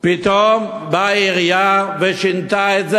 פתאום באה העירייה ושינתה את זה,